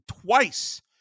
Twice